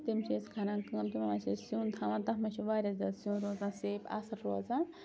تِم چھِ أسۍ کَران کٲم تِمَن منٛز چھِ أسۍ سیُن تھاوان تَتھ منٛز چھِ واریاہ زیادٕ سیُن روزان سیف اَصٕل روزان